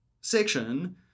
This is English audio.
section